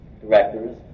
directors